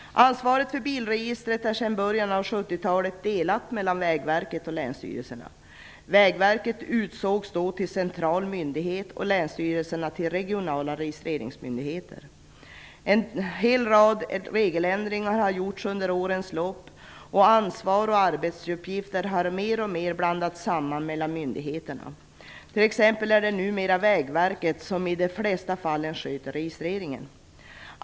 Ansvaret för bilregistret är sedan början av 70 Vägverket utsågs då till central myndighet och länsstyrelserna till regionala registreringsmyndigheter. En hel rad regeländringar har gjorts under årens lopp, och ansvar och arbetsuppgifterna har mer och mer blandats samman mellan myndigheterna. T.ex. är det numera Vägverket som i de flesta fall sköter registreringen.